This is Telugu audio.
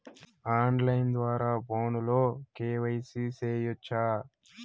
ఆన్ లైను ద్వారా ఫోనులో కె.వై.సి సేయొచ్చా